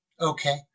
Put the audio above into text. Okay